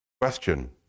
question